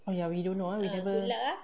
oh ya we don't know ah we never